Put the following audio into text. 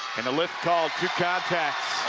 and the lift called, two contacts.